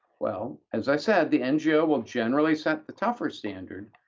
well, as i said, the ngo will generally set the tougher standard.